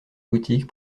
boutiques